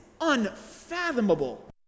unfathomable